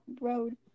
road